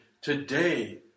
Today